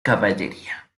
caballería